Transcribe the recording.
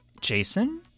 Jason